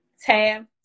tab